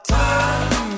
time